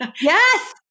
Yes